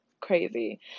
crazy